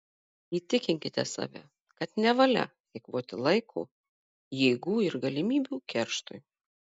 įtikinkite save kad nevalia eikvoti laiko jėgų ir galimybių kerštui